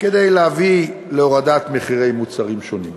כדי להביא להורדת מחירי מוצרים שונים.